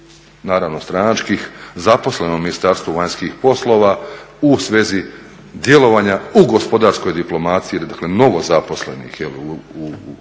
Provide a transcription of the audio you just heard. naravno stranačkih, zaposleno u Ministarstvu vanjskih poslova u svezi djelovanja u gospodarskoj diplomaciji, dakle novozaposlenih u